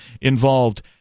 involved